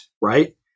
Right